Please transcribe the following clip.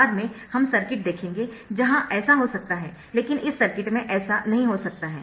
बाद में हम सर्किट देखेंगे जहां ऐसा हो सकता है लेकिन इस सर्किट में ऐसा नहीं हो सकता है